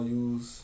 use